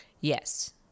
Yes